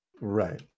Right